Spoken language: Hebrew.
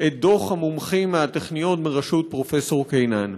את דוח המומחים מהטכניון בראשות פרופ' קינן,